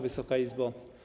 Wysoka Izbo!